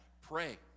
Pray